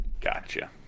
Gotcha